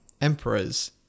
emperors